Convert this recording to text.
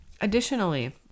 Additionally